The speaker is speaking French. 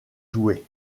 jouée